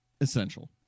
essential